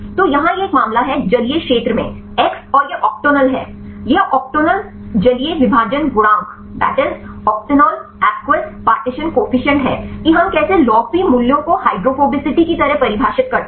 तो यहाँ यह एक मामला है जलीय क्षेत्र में एक्स और यह ऑक्टेनॉल है यह ऑक्टेनॉल जलीय विभाजन गुणांक है कि हम कैसे लॉग पी मूल्यों को हाइड्रोफोबिसिटी की तरह परिभाषित करते हैं